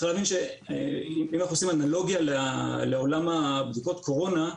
צריך להבין שאם אנחנו עושים אנלוגיה לעולם הבדיקות קורונה,